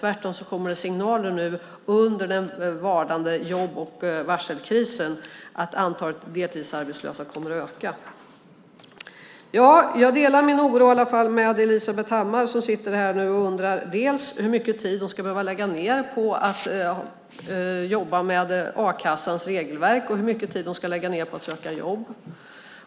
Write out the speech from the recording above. Tvärtom kommer det signaler i vardande jobb och varselkris om att antalet deltidsarbetslösa kommer att öka. Ja, jag delar i alla fall min oro med Elisabeth Hammar som nu sitter här på läktaren och undrar dels hur mycket tid hon ska behöva lägga ned på att jobba med a-kassans regelverk, dels hur mycket hon ska lägga ned på att söka jobb.